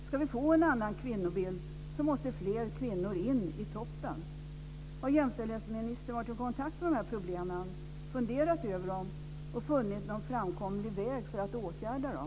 Ska vi få en annan kvinnobild måste fler kvinnor in i toppen. Har jämställdhetsministern varit i kontakt med dessa problem, funderat över dem och funnit någon framkomlig väg för att åtgärda dem?